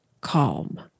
calm